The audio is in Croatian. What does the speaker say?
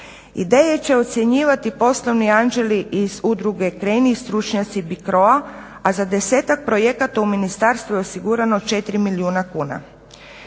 Ideje će ocjenjivati poslovni anđeli iz Udruge "Kreni" i stručnjaci BICRO-a, a za 10-ak projekata u ministarstvu je osigurano 4 milijuna kuna.